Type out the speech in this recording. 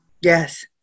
yes